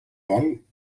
vol